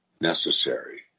necessary